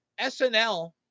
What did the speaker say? SNL